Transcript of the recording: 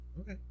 Okay